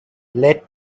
let